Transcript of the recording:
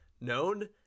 known